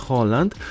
Holland